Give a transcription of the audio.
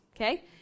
okay